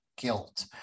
guilt